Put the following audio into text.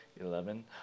Eleven